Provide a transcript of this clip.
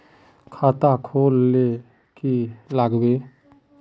खाता खोल ले की लागबे?